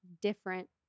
different